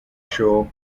shore